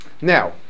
now